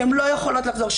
שהן לא יכולות לחזור,